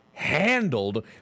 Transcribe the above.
Handled